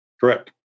Correct